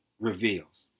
reveals